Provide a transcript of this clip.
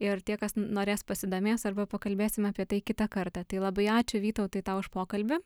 ir tie kas norės pasidomės arba pakalbėsim apie tai kitą kartą tai labai ačiū vytautai tau už pokalbį